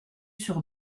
sur